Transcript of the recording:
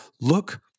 Look